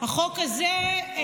החוק הזה,